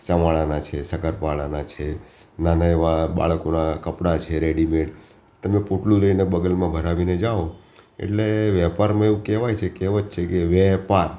ચવાણાનાં છે શક્કરપારાનાં છે નાના એવા બાળકોનાં કપડાં છે રેડીમેડ તમે પોટલું લઈને બગલમાં ભરાવીને જાઓ એટલે વેપારમાં એવું કહેવાય છે કે કેહવત છે કે વે પાર